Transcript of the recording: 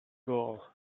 gall